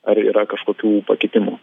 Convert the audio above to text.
ar yra kažkokių pakitimų